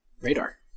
Radar